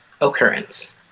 occurrence